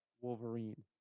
Wolverine